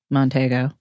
Montego